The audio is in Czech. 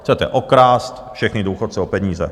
Chcete okrást všechny důchodce o peníze.